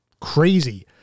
crazy